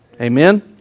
Amen